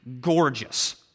gorgeous